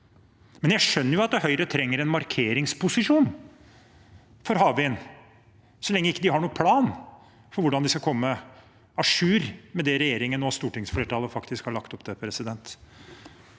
Jeg skjønner jo at Høyre trenger en markeringsposisjon for havvind så lenge de ikke har noen plan for hvordan de skal komme à jour med det regjeringen og stortingsflertallet faktisk har lagt opp til, men